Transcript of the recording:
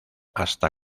hasta